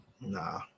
Nah